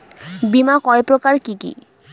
বীমা কয় প্রকার কি কি?